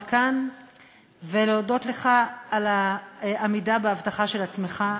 כאן ולהודות לך על העמידה בהבטחה של עצמך,